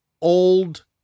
old